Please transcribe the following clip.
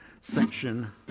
section